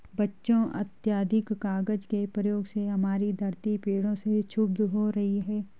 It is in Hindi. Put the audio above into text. बच्चों अत्याधिक कागज के प्रयोग से हमारी धरती पेड़ों से क्षुब्ध हो रही है